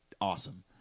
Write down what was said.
awesome